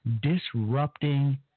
disrupting